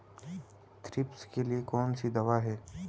Thrips के लिए कौन सी दवा है?